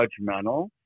judgmental